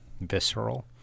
visceral